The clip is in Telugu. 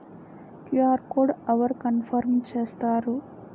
క్యు.ఆర్ కోడ్ అవరు కన్ఫర్మ్ చేస్తారు?